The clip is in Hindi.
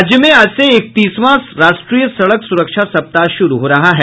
राज्य में आज से इकतीसवां राष्ट्रीय सड़क सुरक्षा सप्ताह शुरू हो रहा है